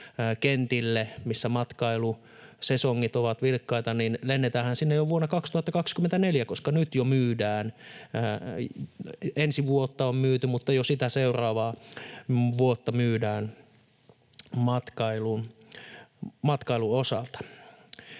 kentille, missä matkailusesongit ovat vilkkaita, vuonna 2024, koska nyt jo ensi vuotta on myyty mutta jo sitä seuraavaa vuotta myydään matkailun osalta.